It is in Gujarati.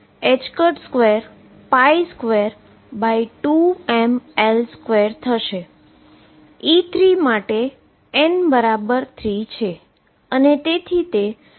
E૩ માટે n 3 છે અને તેથી તે 9222mL2 થશે